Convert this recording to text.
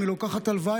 היא לוקחת הלוואה,